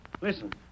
Listen